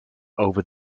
over